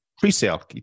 Pre-sale